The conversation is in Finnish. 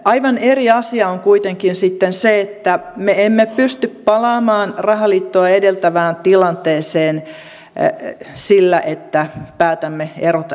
aivan eri asia on kuitenkin se että me emme pysty palaamaan rahaliittoa edeltävään tilanteeseen sillä että päätämme erota eurosta